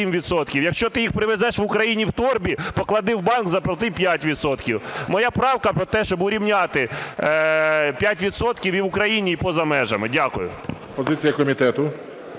Якщо ти їх привезеш в Україну в торбі, поклади в банк, заплати 5 відсотків. Моя правка про те, щоб урівняти 5 відсотків і в Україні і поза межами. Дякую.